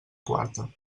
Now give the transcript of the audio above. quarta